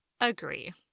agree